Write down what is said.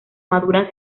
maduran